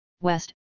west